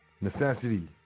Necessity